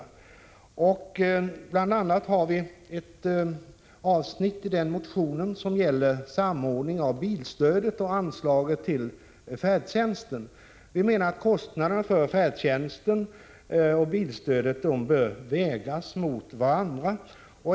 Ett avsnitt i den motionen gäller samordning av bilstödet och anslaget till färdtjänsten. Vi menar att kostnaderna för färdtjänsten och bilstödet bör vägas mot varandra.